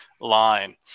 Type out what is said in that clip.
line